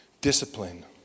Discipline